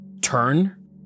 turn